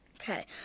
Okay